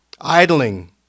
idling